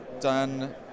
done